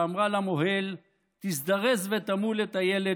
שאמרה למוהל: תזדרז ותמול את הילד,